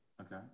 Okay